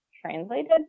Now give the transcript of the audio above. translated